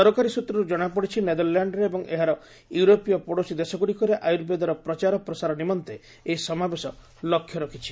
ସରକାରୀ ସୂତ୍ରରୁ ଜଣାପଡ଼ିଛି ନେଦରଲ୍ୟାଣ୍ଡରେ ଏବଂ ଏହାର ୟୁରୋପୀୟ ପଡ଼ୋଶୀ ଦେଶଗୁଡ଼ିକରେ ଆୟର୍ବେଦରେ ପ୍ରଚାର ପ୍ରସାର ନିମନ୍ତେ ଏହି ସମାବେଶର ଲକ୍ଷ୍ୟ ରଖିଛି